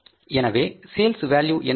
எனவே sales value என்பது என்ன